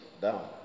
down